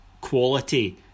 quality